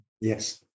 Yes